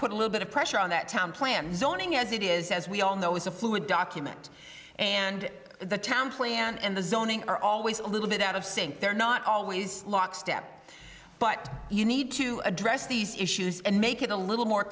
put a little bit of pressure on that town plan zoning as it is as we all know is a fluid document and the town plan and the zoning are always a little bit out of sync they're not always lockstep but you need to address these issues and make it a little more